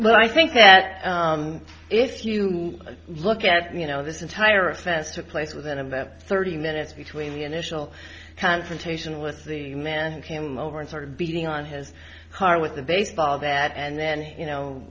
but i think that if you look at you know this entire offense took place within of the thirty minutes between the initial confrontation with the man came over and started beating on his car with a baseball bat and then you know